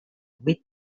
vuit